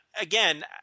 again